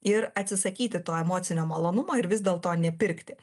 ir atsisakyti to emocinio malonumo ir vis dėlto nepirkti